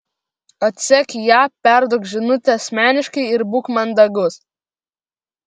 atsek ją perduok žinutę asmeniškai ir būk mandagus